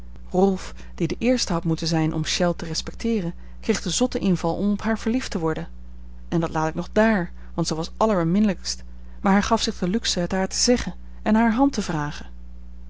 rolf die de eerste had moeten zijn om chelles te respecteeren kreeg den zotten inval om op haar verliefd te worden en dat laat ik nog dààr want zij was allerbeminnelijkst maar hij gaf zich de luxe het haar te zeggen en hare hand te vragen